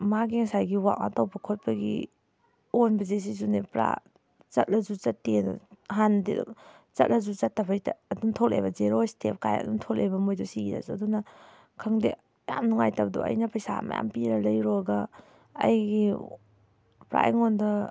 ꯃꯥꯒꯤ ꯉꯁꯥꯏꯒꯤ walk out ꯇꯧꯕ ꯈꯣꯠꯄꯒꯤ ꯑꯣꯟꯕꯁꯦ ꯁꯤꯁꯨꯅꯦ ꯄꯨꯔꯥ ꯆꯠꯂꯁꯨ ꯆꯠꯇꯦ ꯑꯗꯨ ꯍꯥꯟꯅꯗꯤ ꯑꯗꯨꯝ ꯆꯠꯂꯁꯨ ꯆꯠꯇꯕꯩ ꯑꯗꯨꯝ ꯊꯣꯛꯂꯛꯑꯦꯕ ꯖꯦꯔꯣ ꯏꯁꯇꯦꯞ ꯀꯥꯏꯅ ꯑꯗꯨꯝ ꯊꯣꯛꯂꯦꯕ ꯃꯣꯏꯗꯣ ꯏꯔꯁꯨ ꯑꯗꯨꯅ ꯈꯪꯗꯦ ꯌꯥꯝꯅ ꯅꯨꯡꯉꯥꯏꯇꯕꯗꯣ ꯑꯩꯅ ꯄꯩꯁꯥ ꯃꯌꯥꯝ ꯄꯤꯔꯒ ꯂꯩꯔꯨꯔꯒ ꯑꯩꯒꯤ ꯄꯨꯔꯥ ꯑꯩꯉꯣꯟꯗ